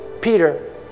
Peter